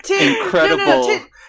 incredible